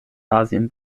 asien